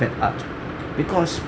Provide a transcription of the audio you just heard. bad art because